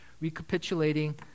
recapitulating